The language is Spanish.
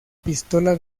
pistola